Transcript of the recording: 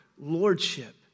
lordship